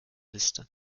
liste